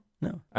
No